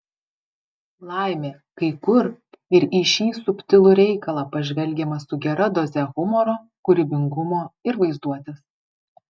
laimė kai kur ir į šį subtilų reikalą pažvelgiama su gera doze humoro kūrybingumo ir vaizduotės